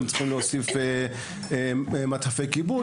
הם צריכים להוסיף מטפי כיבוי,